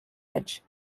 edge